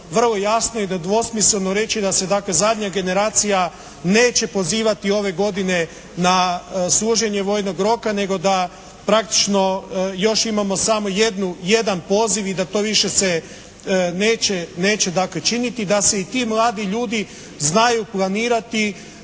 vrlo jasno i nedvosmisleno reći da se dakle zadnja generacija neće pozivati ove godine na služenje vojnog roka nego da praktično još imamo samo jednu, jedan poziva i da to više se neće dakle činiti, da se i ti mladi ljudi znaju planirati